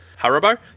Haribo